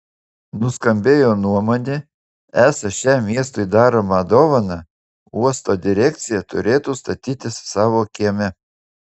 nuskambėjo nuomonė esą šią miestui daromą dovaną uosto direkcija turėtų statytis savo kieme